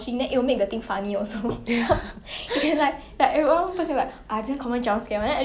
um I don't think so leh you leh